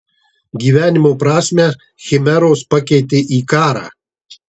gyvenimo prasmę chimeros pakeitė į karą